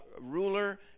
ruler